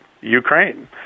Ukraine